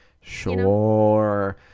Sure